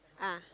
ah